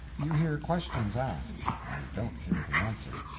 you hear questions asked you don't hear the answer.